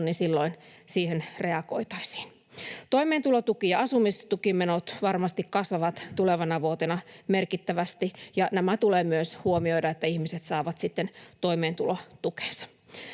niin silloin siihen reagoitaisiin. Toimeentulotuki‑ ja asumistukimenot varmasti kasvavat tulevana vuotena merkittävästi, ja tämä tulee myös huomioida, niin että ihmiset saavat sitten toimeentulotukensa.